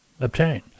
obtain